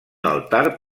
altar